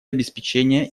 обеспечение